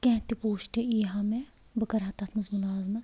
کیٚنٛہہ تہِ پوسٹ یی ہا مےٚ بہٕ کَرہا تَتھ منٛز مُلازمَت